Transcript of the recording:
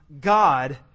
God